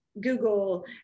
google